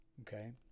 Okay